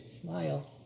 smile